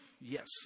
Yes